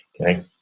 okay